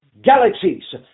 Galaxies